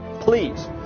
please